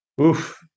Oof